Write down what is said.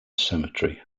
cemetery